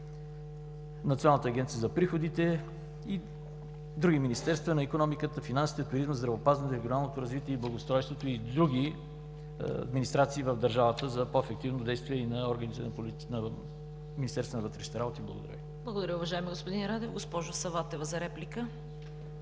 Националната агенция за приходите и други министерства – на икономиката, финансите, туризма, здравеопазването, регионалното развитие и благоустройството и други администрации в държавата, за по-ефективно действие и на органите на Министерството на вътрешните работи. Благодаря Ви. ПРЕДСЕДАТЕЛ ЦВЕТА КАРАЯНЧЕВА: Благодаря, уважаеми господин Радев. Госпожо Саватева – за реплика.